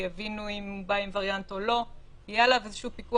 אלא בשביל לא להיות בבית עם אמצעי פיקוח.